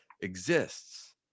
exists